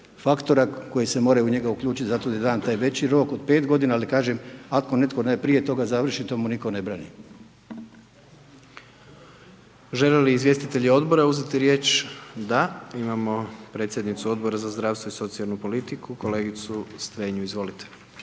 koji se moraju u njega uključiti, zato je i dan taj veći rok od 5 g. ali kažem, ako netko .../Govornik se ne razumije./... prije toga završi, to mu nitko ne brani. **Jandroković, Gordan (HDZ)** Žele li izvjestitelji odbora uzeti riječ? Da, imamo predsjednicu Odbora za zdravstvo i socijalnu politiku, kolegicu Strenju, izvolite.